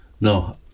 No